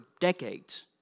decades